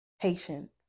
patience